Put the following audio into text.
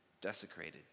desecrated